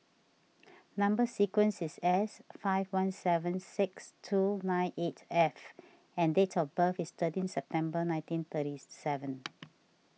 Number Sequence is S five one seven six two nine eight F and date of birth is thirteen September nineteen thirty seven